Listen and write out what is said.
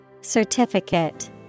Certificate